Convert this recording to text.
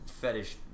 fetish